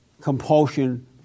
compulsion